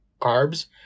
carbs